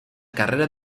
carreras